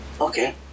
okay